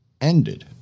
ended